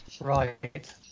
right